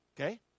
Okay